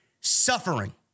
suffering